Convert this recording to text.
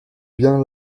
bien